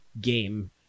game